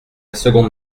seconde